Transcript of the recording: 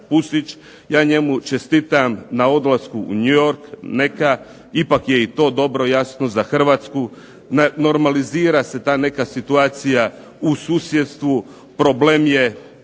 Ja njemu čestitam na odlasku u New York, neka, ipak je i to dobro jasno za Hrvatsku. Normalizira se ta neka situacija u susjedstvu, problem je,